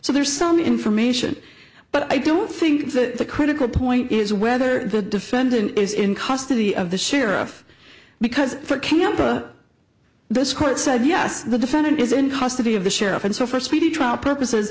so there's some information but i don't think that the critical point is whether the defendant is in custody of the sheriff because for camp this court said yes the defendant is in custody of the sheriff and so for speedy trial purposes